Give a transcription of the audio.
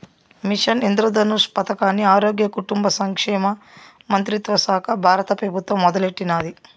machine Indradhanush పదకాన్ని ఆరోగ్య, కుటుంబ సంక్షేమ మంత్రిత్వశాక బారత పెబుత్వం మొదలెట్టినాది